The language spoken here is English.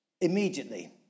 immediately